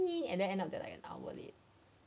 and then end up that like an hour late